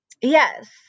Yes